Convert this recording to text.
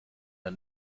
der